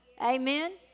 Amen